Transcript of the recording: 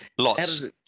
lots